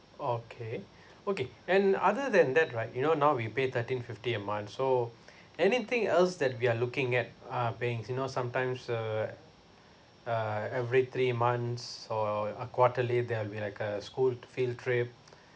okay okay and other than that right you know now we pay thirteen fifty a month so anything else that we are looking at uh being you know sometimes uh uh every three months or a quarterly there'll be like a school field trip